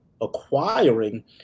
acquiring